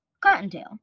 Cottontail